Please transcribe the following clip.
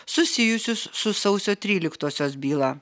susijusius su sausio tryliktosios byla